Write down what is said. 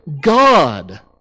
God